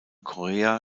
korea